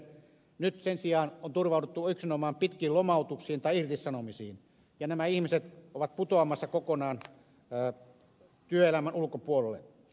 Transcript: nyt sen sijaan on turvauduttu yksinomaan pitkiin lomautuksiin tai irtisanomisiin ja nämä ihmiset ovat putoamassa kokonaan työelämän ulkopuolelle